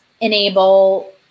enable